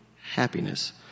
happiness